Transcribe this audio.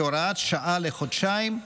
כהוראת שעה לחודשיים,